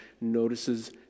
notices